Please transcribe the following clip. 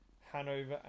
Hanover